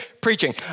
Preaching